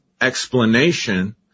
explanation